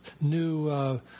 new